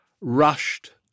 rushed